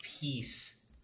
peace